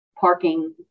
parking